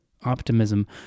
optimism